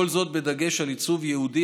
כל זאת בדגש על עיצוב ייעודי,